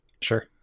Sure